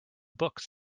books